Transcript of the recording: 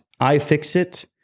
iFixit